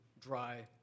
dry